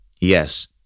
Yes